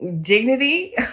dignity